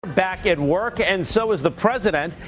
back at work. and so is the president.